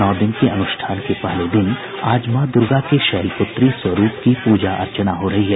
नौ दिन के अनुष्ठान के पहले दिन आज मां दुर्गा के शैल पुत्री स्वरूप की पूजा अर्चना हो रही है